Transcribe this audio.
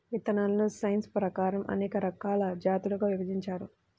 విత్తనాలను సైన్స్ ప్రకారం అనేక రకాల జాతులుగా విభజించారు